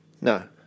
No